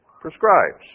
prescribes